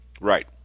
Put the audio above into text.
Right